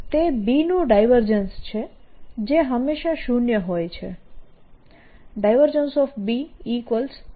તે B નું divergence છે જે હંમેશા શૂન્ય હોય છે